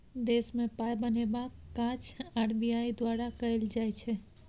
देशमे पाय बनेबाक काज आर.बी.आई द्वारा कएल जाइ छै